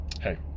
hey